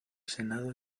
senado